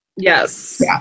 Yes